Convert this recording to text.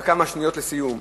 בכמה שניות לסיום,